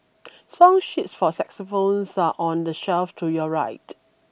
song sheets for xylophones are on the shelf to your right